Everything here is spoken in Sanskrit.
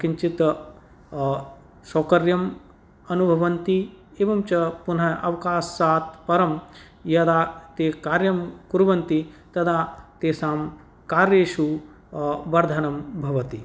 किञ्चित् सौकर्यम् अनुभवन्ति एवं च पुनः अवकाशात् परं यदा ते कार्यं कुर्वन्ति तदा तेषां कार्येषु वर्धनं भवति